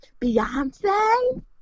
Beyonce